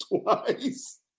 Twice